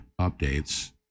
updates